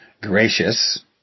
gracious